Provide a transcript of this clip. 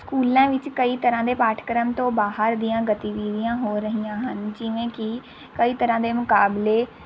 ਸਕੂਲਾਂ ਵਿੱਚ ਕਈ ਤਰ੍ਹਾਂ ਦੇ ਪਾਠਕ੍ਰਮ ਤੋਂ ਬਾਹਰ ਦੀਆਂ ਗਤੀਵਿਧੀਆਂ ਹੋ ਰਹੀਆਂ ਹਨ ਜਿਵੇਂ ਕਿ ਕਈ ਤਰ੍ਹਾਂ ਦੇ ਮੁਕਾਬਲੇ